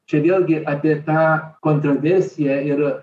čia vėlgi apie tą kontroversiją ir